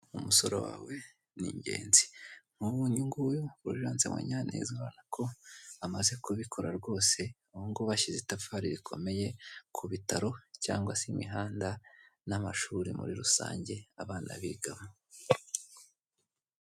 Umusoro wawe ni ingenzi nk'ubu nguyu furujase munyaneza urabona ko amaze kubikora rwose ubungubu abashyize itafari rikomeye ku bitaro, cyangwa se imihanda n'amashuri muri rusange abana bigamo.